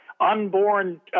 unborn